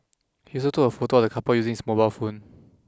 he also took a photo of the couple using his mobile phone